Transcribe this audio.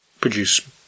produce